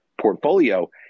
portfolio